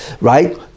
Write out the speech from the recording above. right